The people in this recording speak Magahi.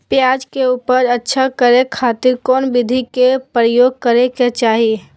प्याज के उपज अच्छा करे खातिर कौन विधि के प्रयोग करे के चाही?